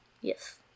Yes